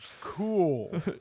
Cool